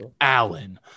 Allen